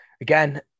again